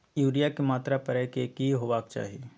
Urea के मात्रा परै के की होबाक चाही?